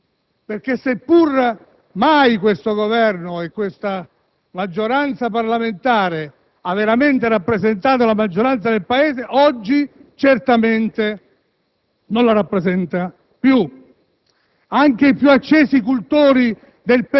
e, soprattutto, è cambiata la maggioranza nel Paese, perché, se pur mai questo Governo e questa maggioranza parlamentare abbiano veramente rappresentato la maggioranza del Paese, oggi certamente non la